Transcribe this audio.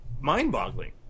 mind-boggling